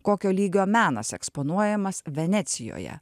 kokio lygio menas eksponuojamas venecijoje